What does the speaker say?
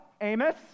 Amos